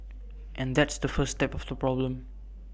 and that's the first step of the problem